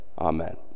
Amen